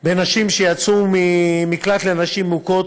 לנשים שיצאו ממקלט לנשים מוכות,